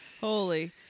Holy